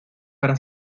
para